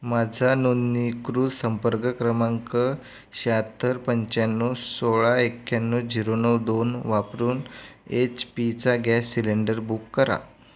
माझा नोंदणीकृत संपर्क क्रमांक शहात्तर पंचाण्णव सोळा एक्याण्णव झिरो नऊ दोन वापरून एचपीचा गॅस सिलेंडर बुक करा